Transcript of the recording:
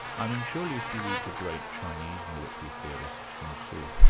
i mean, surely if you read the great chinese military theorist, sun tzu,